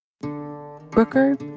Brooker